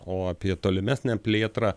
o apie tolimesnę plėtrą